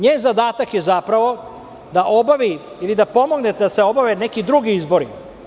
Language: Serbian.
Njen zadatak je zapravo da obavi ili da pomogne da se obave neki drugi izbori.